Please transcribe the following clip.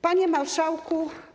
Panie Marszałku!